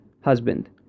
husband